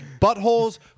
buttholes